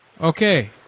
Okay